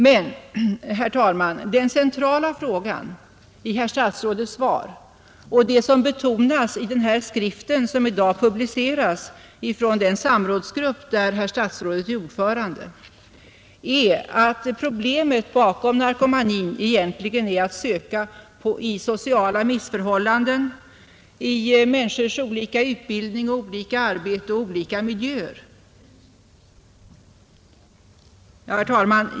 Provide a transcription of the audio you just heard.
Men, herr talman, det centrala i herr statsrådets svar och det som betonas i den skrift som i dag publiceras, från den samrådsgrupp där herr statsrådet är ordförande, är att problemet bakom narkomanin egentligen är att söka i sociala missförhållanden, i människors olika utbildning, olika arbete och olika miljöer. Herr talman!